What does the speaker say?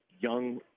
young